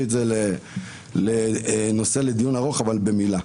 את זה לנושא לדיון ארוך אבל במילה.